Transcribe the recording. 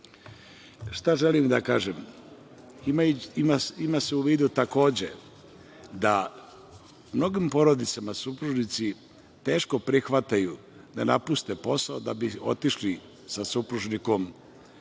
želim da kažem? Ima se u vidu takođe da u mnogim porodicama supružnici teško prihvataju da napuste posao da bi otišli sa supružnikom